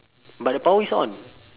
but the power is on